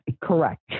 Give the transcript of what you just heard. correct